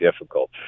difficult